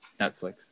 Netflix